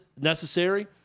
necessary